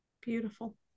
Beautiful